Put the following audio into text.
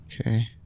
Okay